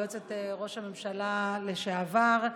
יועצת ראש הממשלה לשעבר,